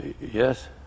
Yes